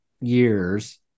years